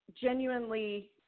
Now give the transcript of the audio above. genuinely